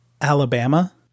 Alabama